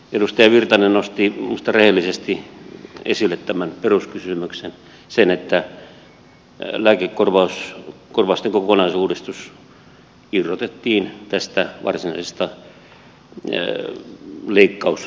edustaja virtanen nosti minusta rehellisesti esille tämän peruskysymyksen sen että lääkekorvausten kokonaisuudistus irrotettiin tästä varsinaisesta leikkauspaketista